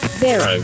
Zero